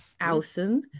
Awesome